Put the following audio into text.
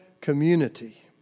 community